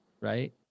Right